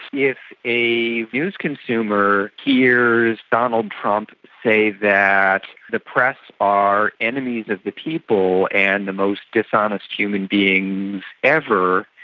if a news consumer hears donald trump say that the press are enemies of the people and the most dishonest human beings ever,